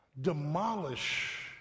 demolish